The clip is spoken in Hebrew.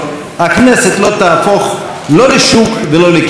הכנסת לא תהפוך לא לשוק ולא לקרקס,